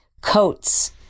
Coats